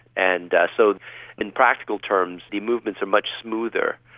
and so in practical terms the movements are much smoother.